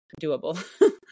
doable